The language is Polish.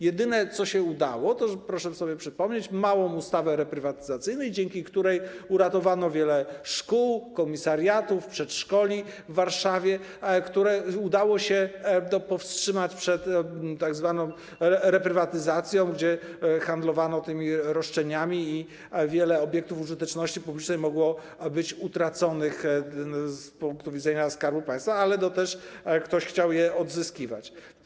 Jedyne, co się udało, to proszę sobie przypomnieć małą ustawę reprywatyzacyjną, dzięki której uratowano wiele szkół, komisariatów, przedszkoli w Warszawie, które udało się ochronić przed tzw. reprywatyzacją, bo handlowano tymi roszczeniami i wiele obiektów użyteczności publicznej mogło zostać utraconych z punktu widzenia Skarbu Państwa, ale to też ktoś chciał je odzyskiwać.